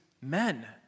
men